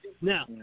Now